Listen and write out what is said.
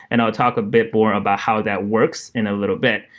and i'll talk a bit more about how that works in a little bit.